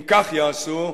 אם כך יעשו,